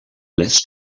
less